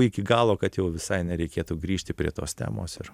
iki galo kad jau visai nereikėtų grįžti prie tos temos ir